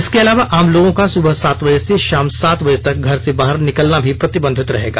इसके अलावा आम लोगों का सुबह सात बजे से शाम सात बजे तक घर से बाहर निकलना भी प्रतिबंधित रहेगा